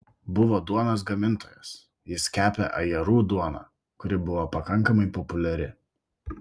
buvo duonos gamintojas jis kepė ajerų duoną kuri buvo pakankamai populiari